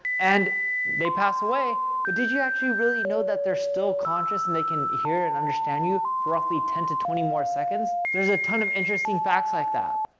and they pass away, but did you actually really know that they're still conscious and they can hear and understand you for roughly ten to twenty more seconds? there's a ton of interesting facts like that.